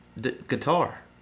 Guitar